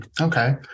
okay